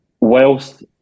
whilst